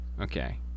Okay